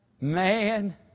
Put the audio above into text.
Man